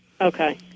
Okay